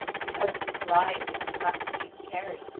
because of his lion that he must needs carry,